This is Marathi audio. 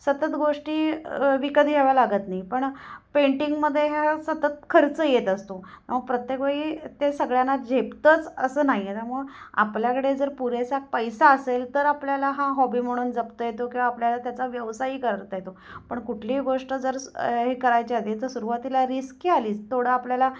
सतत गोष्टी विकत घ्याव्या लागत नाही पण पेंटिंगमध्ये हा सतत खर्च येत असतो मग प्रत्येक वळी ते सगळ्यांना झेपतंच असं नाही आहे ना मग आपल्याकडे जर पुरेसा पैसा असेल तर आपल्याला हा हॉबी म्हणून जपता येतो किंवा आपल्याला त्याचा व्यवसायही करता येतो पण कुठलीही गोष्ट जर सु हे करायच्या आधी तर सुरुवातीला रिस्क ही आलीच थोडा आपल्याला